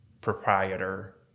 proprietor